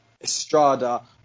Estrada